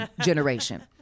generation